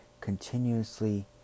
continuously